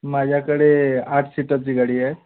माझ्याकडे आठ सीटरची गाडी आहे